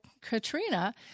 Katrina